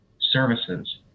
services